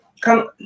come